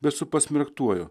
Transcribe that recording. bet su pasmerktuoju